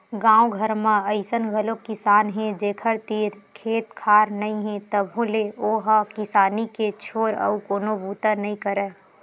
गाँव घर म अइसन घलोक किसान हे जेखर तीर खेत खार नइ हे तभो ले ओ ह किसानी के छोर अउ कोनो बूता नइ करय